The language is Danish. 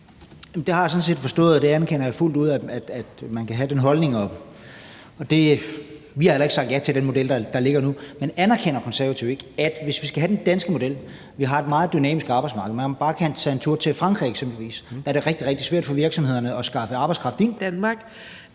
jeg sådan set forstået, og jeg anerkender fuldt ud, at man kan have den holdning. Vi har heller ikke sagt ja til den model, der ligger nu. Men anerkender Konservative ikke, at hvis vi skal have den danske model, skal også a-kassesystemet have værdi? Vi har et meget dynamisk arbejdsmarked, og man kan bare tage en tur til Frankrig eksempelvis, hvor det er rigtig, rigtig svært for virksomhederne at skaffe arbejdskraft,